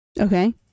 Okay